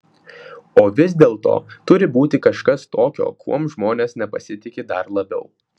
o vis dėlto turi būti kažkas tokio kuom žmonės nepasitiki dar labiau